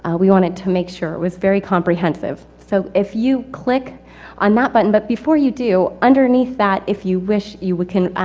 ah we wanted to make sure it was very comprehensive. so if you click on that button, but before you do, underneath that, if you wish, you would, can,